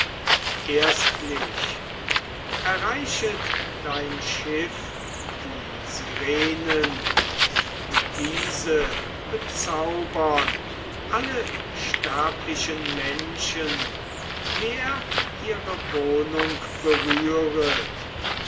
erstlich erreichet dein schiff die sirenen diese bezaubern alle sterblichen menschen wer ihre wohnung berühret